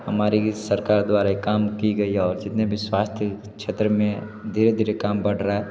हमारी सरकार द्वारा ये काम की गई और जितने भी स्वास्थ्य क्षेत्र में धीरे धीरे काम बढ़ रहा है